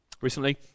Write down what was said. Recently